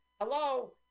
Hello